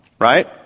right